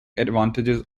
advantages